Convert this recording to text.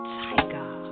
tiger